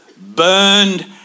burned